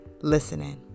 listening